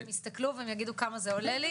יסתכלו והם יגידו כמה זה עולה לי